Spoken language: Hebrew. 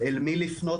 אל מי לפנות,